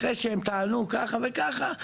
אחרי שהם טענו ככה וככה,